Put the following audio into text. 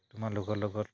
তোমালোকৰ লগত